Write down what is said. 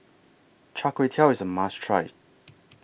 Char Kway Teow IS A must Try